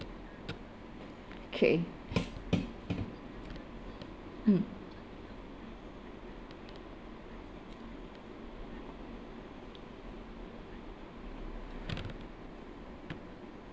okay mm